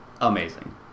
amazing